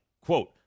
Quote